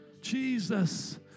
Jesus